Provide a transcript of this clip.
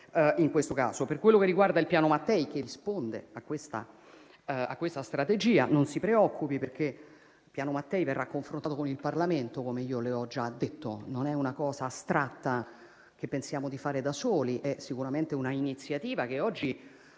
in questo caso. Per quello che riguarda il piano Mattei, che risponde a questa strategia, non si preoccupi, perché il piano Mattei verrà discusso con il Parlamento - come io le ho già detto; non è una cosa astratta che pensiamo di fare da soli. È sicuramente un'iniziativa che oggi